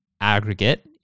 aggregate